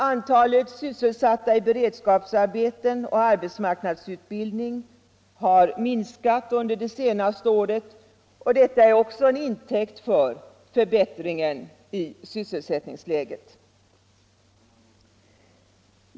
Antalet sysselsatta i beredskapsarbeten och arbetsmarknadsutbildning har minskat under det sista året — detta kan också tas till intäkt för förbättringen i sysselsättningsläget.